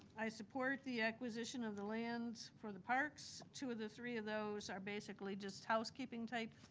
i support the acquisition of the lands for the parks. two of the three of those are basically just housekeeping type,